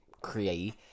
create